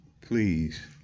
Please